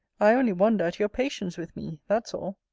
i only wonder at your patience with me that's all.